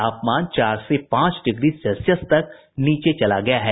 तापमान चार से पांच डिग्री सेल्सियस तक नीचे चला गया है